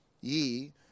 Ye